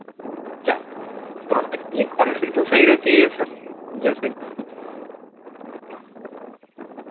product की quality तो सही रहती है सर जैसे